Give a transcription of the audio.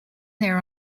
there